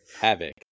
Havoc